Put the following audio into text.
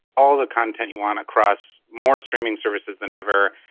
all the content you want across more streaming services than ever.